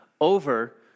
over